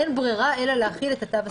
אין ברירה אלא להחיל את התו הסגול.